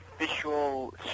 official